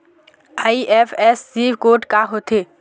IFSC code का होथे?